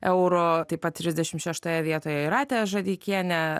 eurų taip pat trisdešimt šeštoje vietoje jūratė žadeikienė